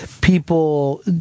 people